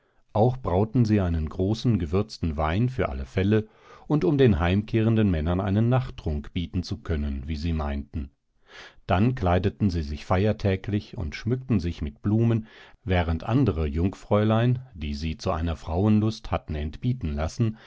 auch brauten sie einen großen gewürzten wein für alle fälle und um den heimkehrenden männern einen nachttrunk bieten zu können wie sie meinten dann kleideten sie sich feiertäglich und schmückten sich mit blumen während andere jungfräulein die sie zu einer frauenlust hatten entbieten lassen